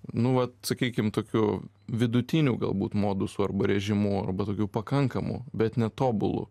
nu vat sakykim tokių vidutinių galbūt modusų arba režimų arba tokių pakankamų bet netobulų